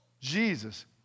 Jesus